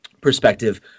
perspective